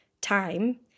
time